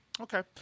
Okay